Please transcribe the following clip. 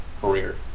career